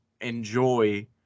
enjoy